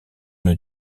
une